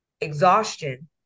exhaustion